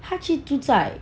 他去住在